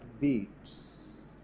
beats